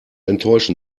enttäuschen